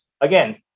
again